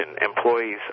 employees